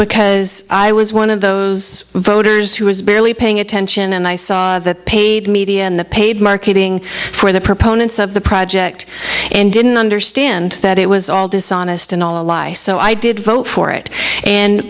because i was one of those voters who was barely paying attention and i saw the paid media and the paid marketing for the proponents of the project and didn't understand that it was all dishonest and all a lie so i did vote for it and